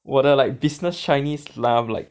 我的 like business chinese 拿 like